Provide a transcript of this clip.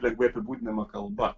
lengvai apibūdinama kalba